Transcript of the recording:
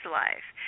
life